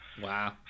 Wow